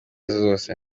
zose